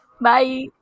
Bye